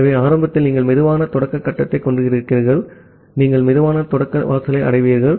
ஆகவே ஆரம்பத்தில் நீங்கள் சுலோ ஸ்டார்ட் கட்டத்தைக் கொண்டிருக்கிறீர்கள் ஆகவே நீங்கள் சுலோ ஸ்டார்ட் வாசலை அடைவீர்கள்